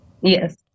Yes